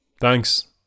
thanks